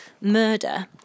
murder